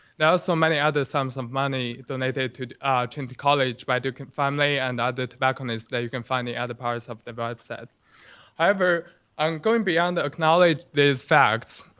now, so many other sums of money donated to twenty college by duke and family and added back on is that you can find the other parts of the bucks that however, i'm going beyond the acknowledge these facts.